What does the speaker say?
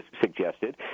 suggested